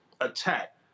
attack